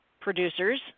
producers